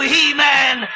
He-Man